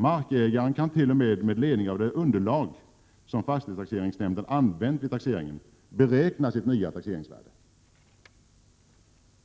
Markägaren kan t.o.m. med ledning av det underlag som fastighetstaxeringsnämnden använt vid taxeringen beräkna sitt nya taxeringsvärde.